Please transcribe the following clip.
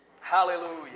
Hallelujah